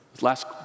Last